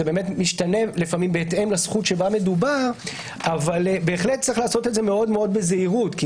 זה משתנה בהתאם לזכות שבה מדובר אבל יש לעשות זאת מאוד בזהירות.